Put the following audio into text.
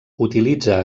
utilitza